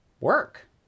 work